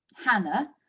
hannah